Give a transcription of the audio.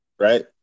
Right